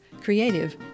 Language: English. creative